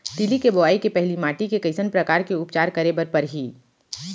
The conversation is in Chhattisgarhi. तिलि के बोआई के पहिली माटी के कइसन प्रकार के उपचार करे बर परही?